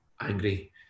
angry